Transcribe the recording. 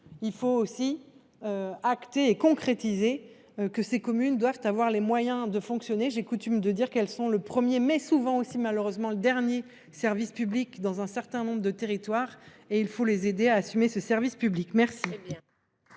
Il faut aussi. Acté et concrétiser que ces communes doivent avoir les moyens de fonctionner. J'ai coutume de dire qu'elles sont le premier mais souvent aussi malheureusement le dernier service public dans un certain nombre de territoires et il faut les aider à assumer ce service public, merci.